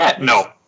No